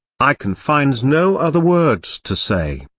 i can find no other words to say.